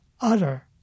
Utter